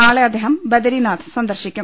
നാളെ അദ്ദേഹം ബദരിനാഥ് സന്ദർശിക്കും